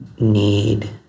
need